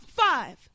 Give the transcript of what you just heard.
Five